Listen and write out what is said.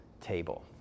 table